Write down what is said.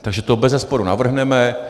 Takže to bezesporu navrhneme.